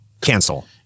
cancel